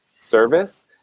service